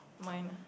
mine ah